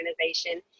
organization